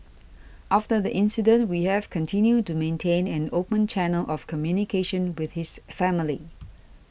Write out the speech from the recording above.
after the incident we have continued to maintain an open channel of communication with his family